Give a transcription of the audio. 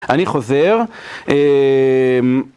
אני חוזר.